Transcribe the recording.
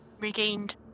regained